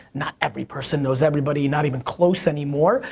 not every person knows everybody, not even close anymore,